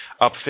up